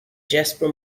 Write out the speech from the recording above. jasper